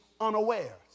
unaware